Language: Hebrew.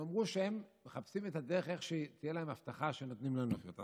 הם אמרו שהם מחפשים את הדרך שתהיה להם הבטחה שנותנים להם לחיות.